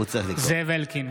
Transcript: (קורא בשמות חברי הכנסת) זאב אלקין,